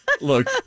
look